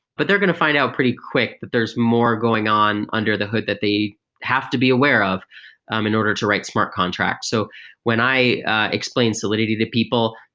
but they're going to find out pretty quick that there's more going on under the hood that they have to be aware of um in order to write smart contract. so when i explained solidity to people,